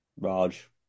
Raj